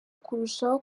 kurushaho